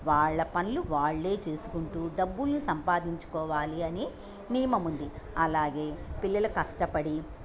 వాళ్ళ పనులు వాళ్ళే చేసుకుంటూ డబ్బుల్ని సంపాదించుకోవాలి అని నియమం ఉంది అలాగే పిల్లలు కష్టపడి